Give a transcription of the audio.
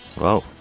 Wow